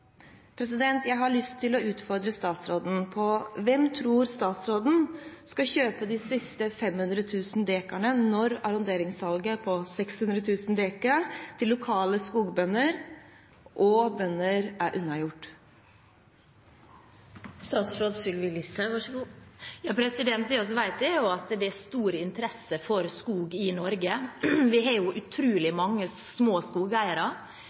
Jeg har lyst til å utfordre statsråden: Hvem tror statsråden skal kjøpe de siste 500 000 dekarene når arronderingssalget av 600 000 dekar til lokale skogbønder og bønder er unnagjort? Det vi vet, er at det er stor interesse for skog i Norge. Vi har jo utrolig mange små skogeiere,